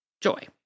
Joy